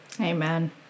Amen